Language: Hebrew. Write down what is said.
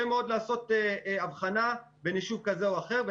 מאוד לעשות הבחנה בין יישוב כזה או אחר.